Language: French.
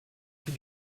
plus